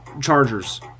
Chargers